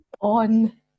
on